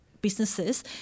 businesses